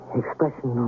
expression